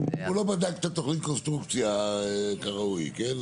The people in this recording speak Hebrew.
הוא לא בדק את התוכנית קונסטרוקציה כראוי, כן?